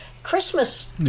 Christmas